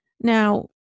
now